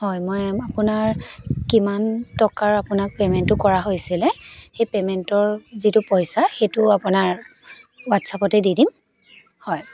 হয় মই আপোনাৰ কিমান টকাৰ আপোনাক পে'মেণ্টটো কৰা হৈছিলে সেই পে'মেণ্টৰ যিটো পইচা সেইটো আপোনাৰ হোৱাটছাপতে দি দিম হয়